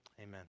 Amen